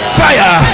fire